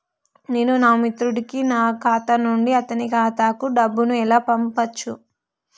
నేను నా మిత్రుడి కి నా ఖాతా నుండి అతని ఖాతా కు డబ్బు ను ఎలా పంపచ్చు?